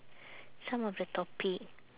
some of the topic